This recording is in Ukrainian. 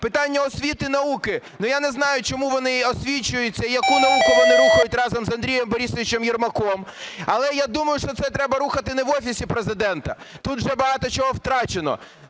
Питання освіти і науки. Ну, я не знаю, чому вони освічуються і яку науку вони рухають разом з Андрієм Борисовичем Єрмаком, але я думаю, що це треба рухати не в Офісі Президента, тут вже багато чого втрачено.